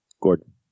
Gordon